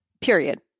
period